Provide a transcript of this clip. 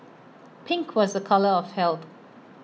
pink was A colour of health